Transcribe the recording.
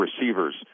receivers